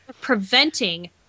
preventing